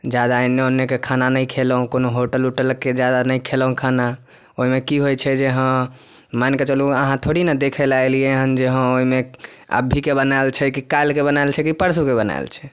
जादा एने ओनेके खाना नहि खेलहुॅं कोनो होटल ओटलके जादा नहि खेलहुॅं खाना ओहिमे कि होइ छै जे हॅं मानि कऽ चलू अहाँ थोड़ी ने देखै लऽ अयलियै हन जे हँ ओहिमे अभीके बनायल छै कि काल्हिके बनायल छै कि परसूके बनायल छै